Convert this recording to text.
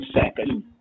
second